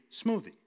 smoothie